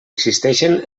existeixen